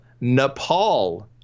nepal